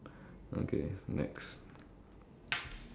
uh honestly I I haven't actually